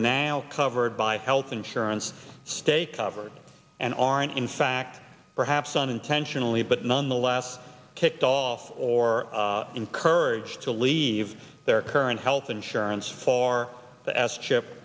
now covered by health insurance stay covered and aren't in fact perhaps unintentionally but nonetheless kicked off or encouraged to leave their current health insurance for the s chip